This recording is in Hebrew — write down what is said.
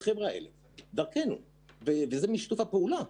כל זה נעשה מתוך שיתוף פעולה,